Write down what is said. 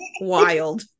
wild